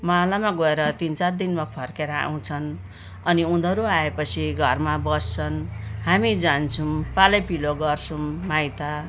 मावलामा गएर तिन चार दिनमा फर्किएर आउँछन् अनि उनीहरू आएपछि घरमा बस्छन् हामी जान्छौँ पालैपिलो गर्छौँ माइत